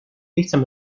lihtsam